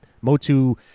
Motu